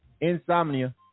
Insomnia